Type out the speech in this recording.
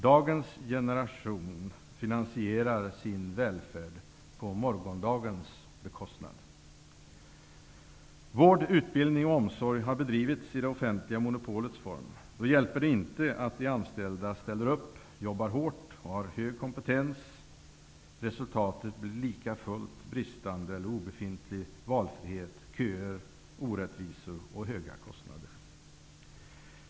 Dagens generation finansierar sin välfärd på bekostnad av morgondagens. Vård, utbildning och omsorg har bedrivits i det offentliga monopolets form. Då hjälper det inte att de anställda ställer upp, jobbar hårt och har hög kompetens. Resultatet blir lika fullt bristande eller obefintlig valfrihet, köer, orättvisor och höga kostnader.